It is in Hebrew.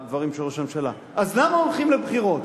הדברים של ראש הממשלה: אז למה הולכים לבחירות?